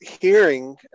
hearing